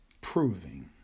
proving